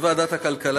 ולוועדת הכלכלה,